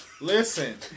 Listen